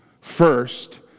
first